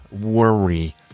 worry